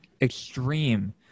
extreme